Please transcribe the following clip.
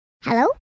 Hello